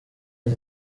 ati